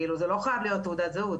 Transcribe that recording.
זה לא חייב להיות תעודת זהות,